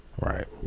Right